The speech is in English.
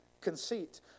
conceit